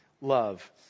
love